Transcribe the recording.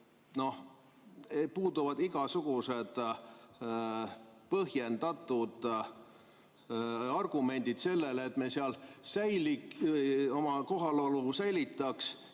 Puuduvad igasugused põhjendatud argumendid, et me seal oma kohalolu säilitaks.